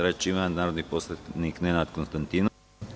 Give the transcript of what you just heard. Reč ima narodni poslanik Nenad Konstantinović.